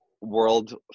world